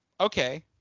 okay